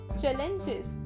challenges